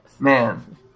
Man